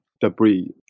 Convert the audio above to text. Debris